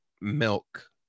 milk